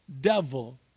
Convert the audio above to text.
devil